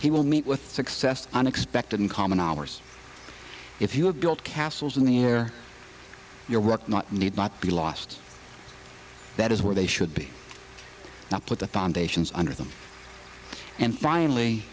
he will meet with success unexpected in common hours if you have built castles in the air your work not need not be lost that is where they should be now put the foundations under them and finally